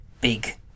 big